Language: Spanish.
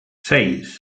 seis